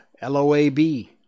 L-O-A-B